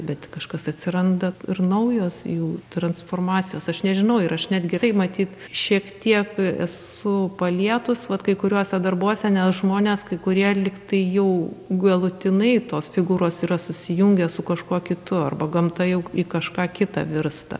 bet kažkas atsiranda ir naujos jų transformacijos aš nežinau ir aš netgi tai matyt šiek tiek esu palietus vat kai kuriuose darbuose nes žmonės kai kurie lygtai jau galutinai tos figūros yra susijungę su kažkuo kitu arba gamta jau k į kažką kitą virsta